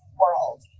world